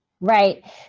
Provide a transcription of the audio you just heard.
Right